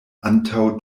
antaŭ